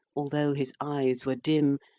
although his eyes were dim,